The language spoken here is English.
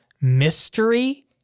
mystery